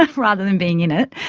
ah rather than being in it.